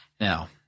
Now –